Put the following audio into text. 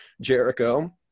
Jericho